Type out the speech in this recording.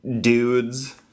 dudes